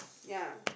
ya